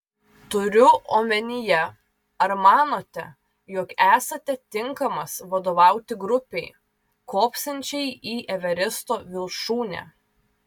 turiu omenyje ar manote jog esate tinkamas vadovauti grupei kopsiančiai į everesto viršūnę